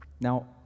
Now